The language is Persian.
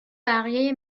بقیه